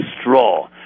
straw